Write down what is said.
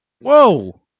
Whoa